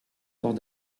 port